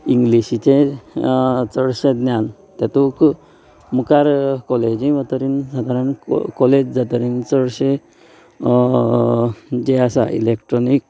इंग्लिशिचे चडशें ज्ञान तातूंत मुखार कॉलेजींत वतकीर कितें जाता कॉलेज जातकीर चडशें जे आसा इलेक्ट्रोनीक